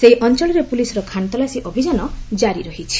ସେହି ଅଞ୍ଚଳରେ ପୁଲିସର ଖାନତଲାସୀ ଅଭିଯାନ କାରି ରହିଛି